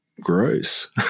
gross